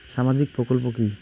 সামাজিক প্রকল্প কি?